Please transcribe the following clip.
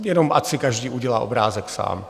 Jenom ať si každý udělá obrázek sám.